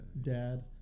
dad